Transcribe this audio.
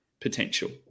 potential